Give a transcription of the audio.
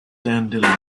dandelion